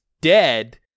dead